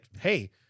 hey